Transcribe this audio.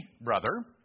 brother